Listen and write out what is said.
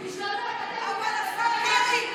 שלמה, אתה ביטלת את מה שעשיתי.